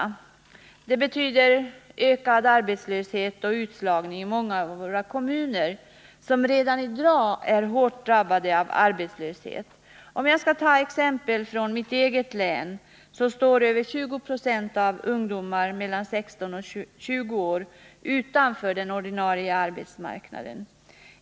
Åtgärden betyder ökad arbetslöshet och utslagning i många kommuner, vilka redan i dag är hårt drabbade av arbetslöshet. I mitt eget hemlän står över 20 96 av ungdomar mellan 16 och 25 år utanför den ordinarie arbetsmarknaden.